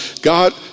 God